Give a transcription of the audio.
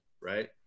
Right